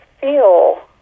feel